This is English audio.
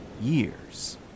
years